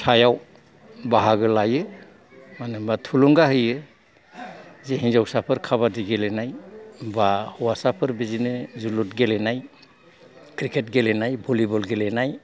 सायाव बाहागो लायो मानो होनबा थुलुंगा होयो जे हिनजावसाफोर खाबादि गेलेनाय बा बिदिनो हौवासाफोर जोलुर गेलेनाय क्रिकेट गेलेनाय भलिबल गेलेनाय